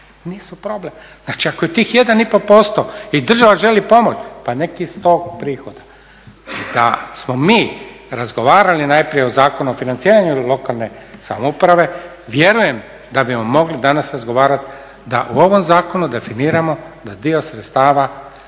nisu problem. Znači, ako je tih 1,5% i država želi pomoći pa nek iz tog prihoda. I da smo mi razgovarali najprije o Zakonu o financiranju lokalne samouprave vjerujem da bismo mogli danas razgovarati da u ovom zakonu definiramo da dio sredstava